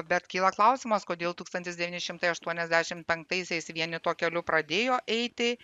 bet kyla klausimas kodėl tūkstantis devyni šimtai aštuoniasdešim penktaisiais vieni tuo keliu pradėjo eiti